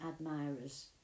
admirers